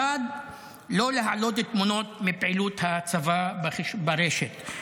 1. לא להעלות תמונות מפעילות הצבא ברשת,